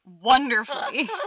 wonderfully